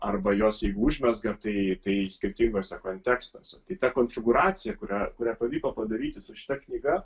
arba juos jeigu užmezga tai tai skirtinguose kontekstuose tai ta konfigūracija kurią kurią pavyko padaryti su šia knyga